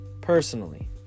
personally